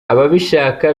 ababishaka